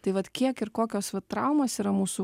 tai vat kiek ir kokios vat traumos yra mūsų